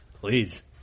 Please